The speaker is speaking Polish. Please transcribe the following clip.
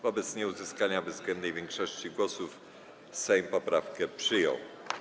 Wobec nieuzyskania bezwzględnej większości głosów Sejm poprawkę przyjął.